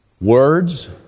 Words